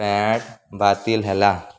pant ବାତିଲ୍ ହେଲା